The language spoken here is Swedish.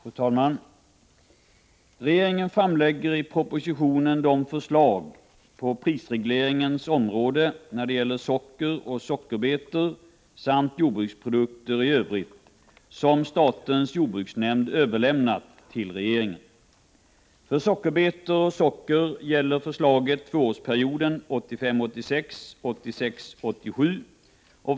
Fru talman! Regeringen framlägger i propositionen de förslag på prisregleringens område när det gäller socker och sockerbetor samt jordbruksprodukter i övrigt som statens jordbruksnämnd överlämnat till regeringen. För sockerbetor och socker gäller förslaget tvåårsperioden den 1 juli 1985 — den 30 juni 1987.